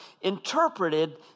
interpreted